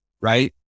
right